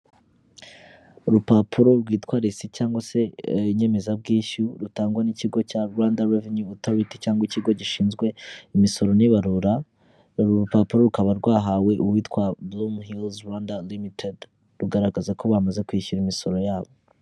Urupapuro rwitwa resi cyangwa se inyemezabwishyu rutangwa n’ikigo cya Rwanda Revenue Authority (RRA) cyangwa ikigo gishinzwe imisoro n'ibarura. Rupapuro rukaba rwahawe uwitwa Dom Hils Rwanda Ltd, rugaragaza ko bamaze kwishyura imisoro yabo.